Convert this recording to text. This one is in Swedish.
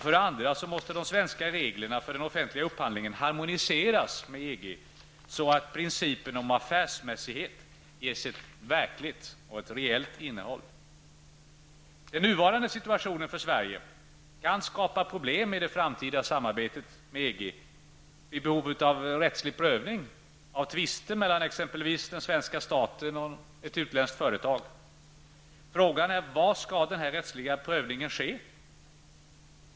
För det andra måste de svenska reglerna för den offentliga upphandlingen harmoniseras med EGs, så att principen om affärsmässighet ges ett verkligt innehåll. Den nuvarande situationen för Sverige kan skapa problem i det framtida samarbetet med EG vid behov av rättslig prövning av tvister mellan exempelvis den svenska staten och ett utländskt företag. Frågan är var denna rättsliga prövning skall ske.